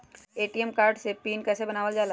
ATM card के PIN कैसे बनावल जाला?